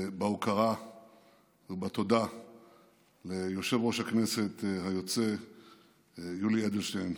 בהוקרה ובתודה ליושב-ראש הכנסת היוצא יולי אדלשטיין.